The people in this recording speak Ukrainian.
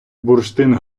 бурштин